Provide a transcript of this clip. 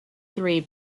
three